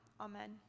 Amen